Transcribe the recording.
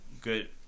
good